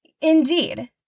Indeed